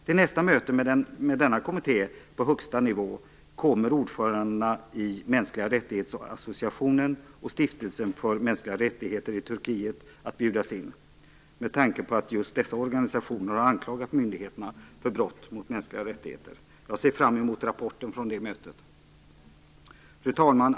Till nästa möte med denna kommitté på högsta nivå kommer ordförandena i organisationerna för mänskliga rättigheter och Stiftelsen för mänskliga rättigheter i Turkiet att bjudas in med tanke på att just dessa organisationer har anklagat myndigheterna för brott mot mänskliga rättigheter. Jag ser fram emot rapporten från det mötet. Fru talman!